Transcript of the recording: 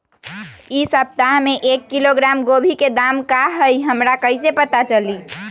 इ सप्ताह में एक किलोग्राम गोभी के दाम का हई हमरा कईसे पता चली?